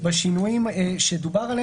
בשינויים עליהם דובר.